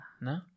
No